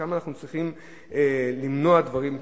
כמה אנחנו צריכים למנוע דברים כאלה,